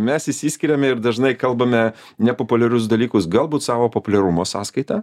mes išsiskiriame ir dažnai kalbame nepopuliarius dalykus galbūt savo populiarumo sąskaita